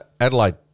Adelaide